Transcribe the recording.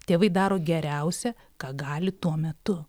tėvai daro geriausia ką gali tuo metu